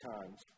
times